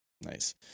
Nice